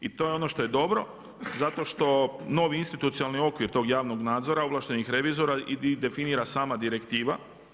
I to je ono što je dobro, zato što novi institucionalni okvir tog javnog nadzora ovlaštenih revizora definira sama direktiva.